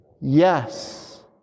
yes